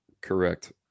Correct